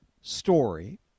story